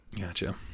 Gotcha